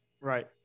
Right